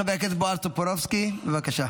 חבר הכנסת בועז טופורובסקי, בבקשה.